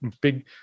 big